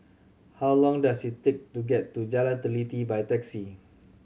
how long does it take to get to Jalan Teliti by taxi